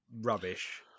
rubbish